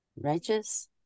Righteous